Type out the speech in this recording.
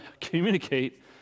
communicate